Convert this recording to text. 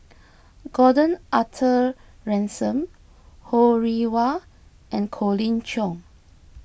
Gordon Arthur Ransome Ho Rih Hwa and Colin Cheong